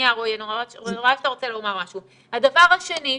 הדבר השני,